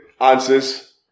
answers